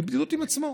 בבדידות עם עצמו,